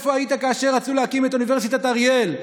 איפה היית כאשר רצו להקים את אוניברסיטת אריאל?